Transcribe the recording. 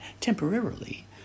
temporarily